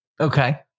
Okay